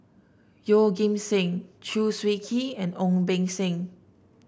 Yeoh Ghim Seng Chew Swee Kee and Ong Beng Seng